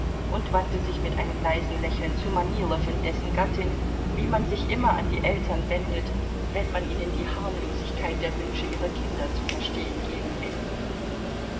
und wandte sich mit einem leisen lächeln zu manilow und dessen gattin wie man sich immer an die eltern wendet wenn man ihnen die harmlosigkeit der wünsche ihrer kinder zu verstehen geben will